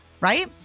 right